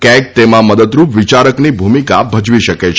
CAG તેમાં મદદરૂપ વિચારકની ભૂમિકા ભજવી શકે છે